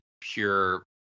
pure